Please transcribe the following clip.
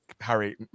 Harry